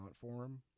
Forum